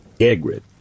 egret